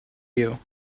you